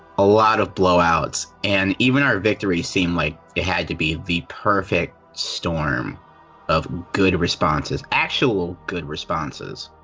a lot of blow outs and even our victory seem like it had to be the perfect storm of good responses, actual, good responses.